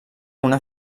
una